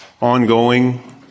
ongoing